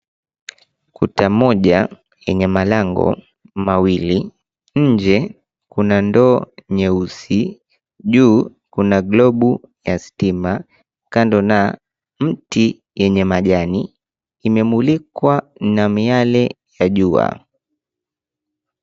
Kuta moja yenye malango mawili. Nje kuna ndoo nyeusi, juu kuna globu ya stima kando na mti yenye majani imemulikwa na miale ya jua.